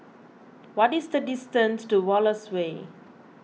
what is the distance to Wallace Way